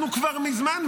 אנחנו כבר מזמן,